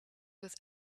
with